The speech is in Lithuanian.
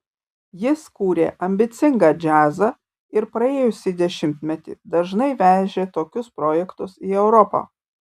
jis kūrė ambicingą džiazą ir praėjusį dešimtmetį dažnai vežė tokius projektus į europą